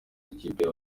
amakipe